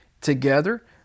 together